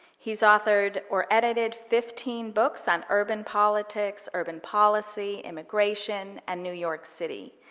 he's authored or edited fifteen books on urban politics, urban policy, immigration, and new york city.